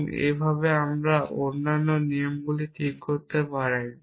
এবং এইভাবে আপনি অন্যান্য নিয়মগুলি ঠিক করতে পারেন